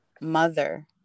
mother